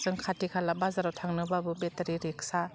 जों खाथि खाला बाजाराव थांनोबाबो बेटारि रिक्सा